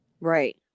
Right